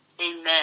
Amen